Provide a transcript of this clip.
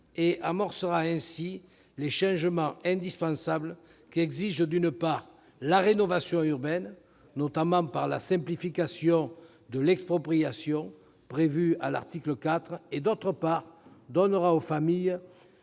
Il amorcera ainsi les changements indispensables qu'exigent, d'une part, la rénovation urbaine, notamment par la simplification de l'expropriation prévue à l'article 4, et, d'autre part, l'effectivité